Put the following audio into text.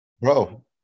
Bro